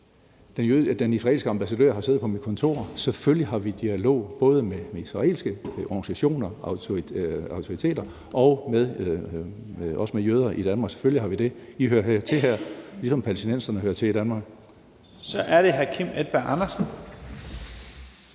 Den israelske ambassadør har siddet på mit kontor. Selvfølgelig har vi dialog både med israelske organisationer og autoriteter og med jøder i Danmark. Selvfølgelig har vi det. De hører til her, ligesom palæstinenserne hører til i Danmark. Kl. 10:40 Første